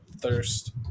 thirst